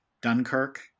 Dunkirk